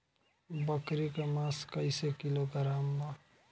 बकरी के मांस कईसे किलोग्राम बा?